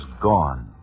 gone